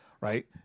right